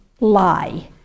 lie